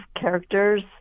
characters